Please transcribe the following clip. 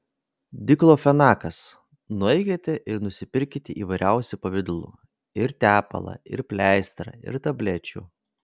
diklofenakas nueikite ir nusipirkite įvairiausių pavidalų ir tepalą ir pleistrą ir tablečių